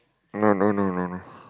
no no no no no